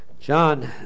John